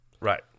Right